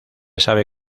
sabe